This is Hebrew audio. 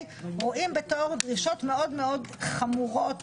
רואים בתור דרישות מאוד מאוד חמורות,